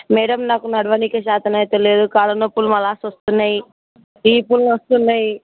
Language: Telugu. మ్యాడమ్ నాకు నడవడానికి చేతనైతలేదు కాళ్ళనొప్పులు మరల నొస్తున్నాయి వీపులు నొస్తున్నాయి